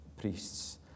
priests